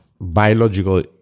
biological